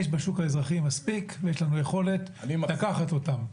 יש בשוק האזרחי מספיק ויש לנו יכולת לקחת אותם.